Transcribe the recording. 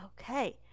Okay